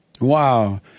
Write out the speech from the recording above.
Wow